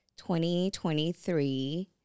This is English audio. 2023